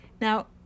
Now